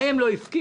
להם לא הפקיעו?